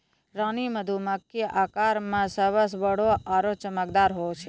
रानी मधुमक्खी आकार मॅ सबसॅ बड़ो आरो चमकदार होय छै